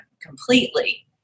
completely